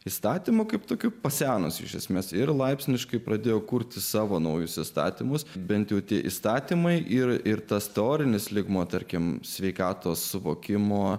įstatymų kaip tokiu pasenusiu iš esmės ir laipsniškai pradėjo kurti savo naujus įstatymus bent jau tie įstatymai ir ir tas teorinis lygmuo tarkim sveikatos suvokimo